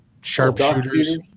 sharpshooters